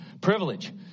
Privilege